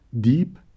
deep